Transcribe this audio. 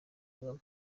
kagame